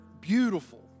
beautiful